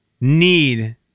need